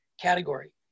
category